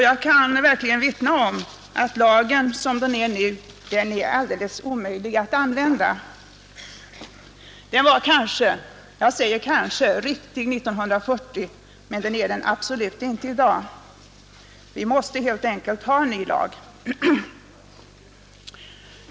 Jag kan verkligen vittna om att lagen, som den är nu, är alldeles omöjlig att använda. Den var kanske — jag säger kanske — riktig 1940, men den är det absolut inte i dag. Vi måste helt enkelt ha en ny lag.